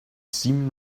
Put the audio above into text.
seam